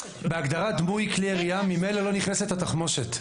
אבל בהגדרת דמוי כלי הירייה ממילא לא נכנסת התחמושת.